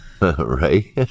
Right